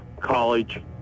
college